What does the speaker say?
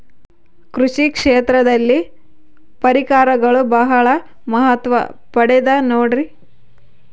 ಕೃಷಿ ಕ್ಷೇತ್ರದಲ್ಲಿ ಪರಿಕರಗಳು ಬಹಳ ಮಹತ್ವ ಪಡೆದ ನೋಡ್ರಿ?